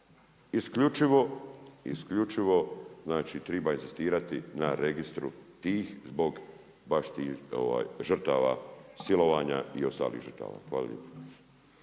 Isključivo treba inzistirati na registru tih zbog, baš tih žrtava silovanja i ostalih žrtava. Hvala lijepo.